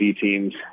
teams